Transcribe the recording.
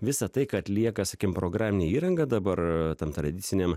visa tai ką atlieka sakim programinė įranga dabar tam tradiciniam